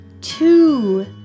two